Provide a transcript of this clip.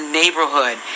neighborhood